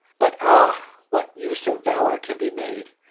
but, ah! what use of valor can be made,